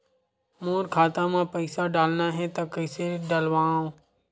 मोर खाता म पईसा डालना हे त कइसे डालव?